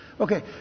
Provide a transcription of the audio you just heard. Okay